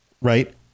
right